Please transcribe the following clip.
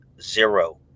zero